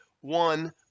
One